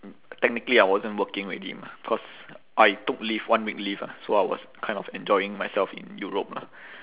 technically I wasn't working already mah cause I took leave one week leave ah so I was kind of enjoying myself in europe lah